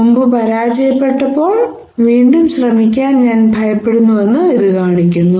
മുമ്പ് പരാജയപ്പെട്ടപ്പോൾ വീണ്ടും ശ്രമിക്കാൻ ഞാൻ ഭയപ്പെടുന്നുവെന്ന് ഇത് കാണിക്കുന്നു